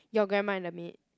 your grandma and the maid